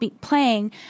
playing